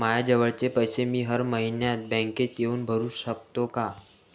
मायाजवळचे पैसे मी हर मइन्यात बँकेत येऊन भरू सकतो का?